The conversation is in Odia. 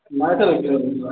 ନାଇଁ ସାର୍